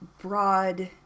broad